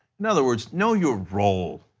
in other words, know your role.